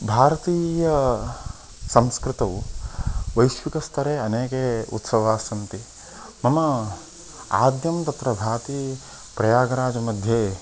भारतीय संस्कृतौ वैश्विकस्तरे अनेके उत्सवास्सन्ति मम आद्यं तत्र भारती प्रयागराजमध्ये